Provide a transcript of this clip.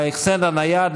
בהחסן הנייד,